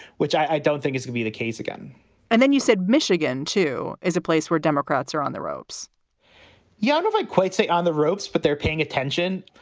which i don't think is would be the case again and then you said michigan, too, is a place where democrats are on the ropes yaniv, i like quite say on the ropes, but they're paying attention.